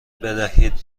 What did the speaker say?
بدهید